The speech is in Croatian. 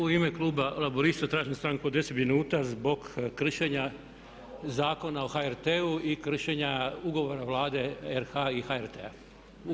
U ime kluba Laburista tražim stanku od 10 minuta zbog kršenja Zakona o HRT-u i kršenja Ugovora Vlade RH i HRT-a.